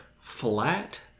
flat